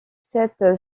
cette